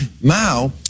Mao